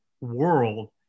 world